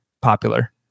popular